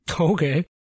Okay